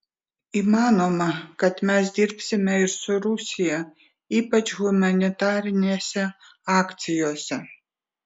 įmanoma kad mes dirbsime ir su rusija ypač humanitarinėse akcijose